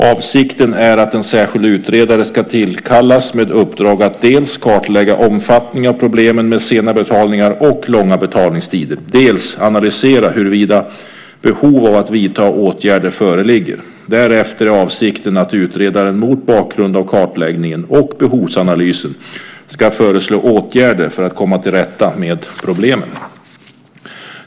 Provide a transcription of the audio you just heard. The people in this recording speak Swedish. Avsikten är att en särskild utredare ska tillkallas med uppdrag att dels kartlägga omfattningen av problemen med sena betalningar och långa betalningstider, dels analysera huruvida behov av att vidta åtgärder föreligger. Därefter är avsikten att utredaren, mot bakgrund av kartläggningen och behovsanalysen, ska föreslå åtgärder för att komma till rätta med problemen.